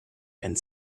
and